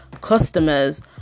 customers